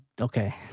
Okay